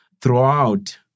throughout